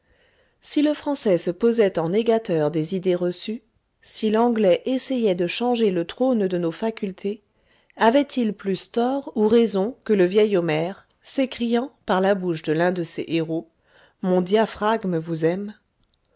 si le français se posait en négateur des idées reçues si l'anglais essayait de changer le trône de nos facultés avaient-ils plus tort ou raison que le vieil homère s'écriant par la bouche de l'un de ses héros mon diaphragme vous aime